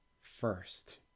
first